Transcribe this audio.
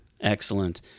excellent